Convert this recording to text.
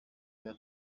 bwa